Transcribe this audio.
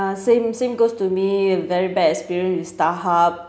same same goes to me very bad experience with starhub